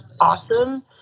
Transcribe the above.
awesome